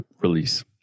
release